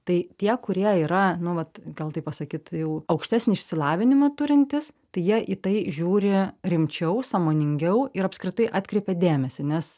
tai tie kurie yra nu vat gal taip pasakyt jau aukštesnį išsilavinimą turintys tai jie į tai žiūri rimčiau sąmoningiau ir apskritai atkreipia dėmesį nes